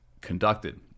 conducted